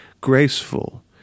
graceful